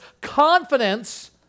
confidence